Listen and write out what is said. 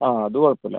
ആ അത് കുഴപ്പം ഇല്ല